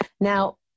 Now